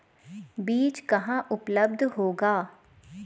बीज कहाँ उपलब्ध होगा?